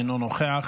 אינו נוכח.